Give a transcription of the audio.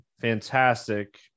fantastic